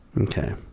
Okay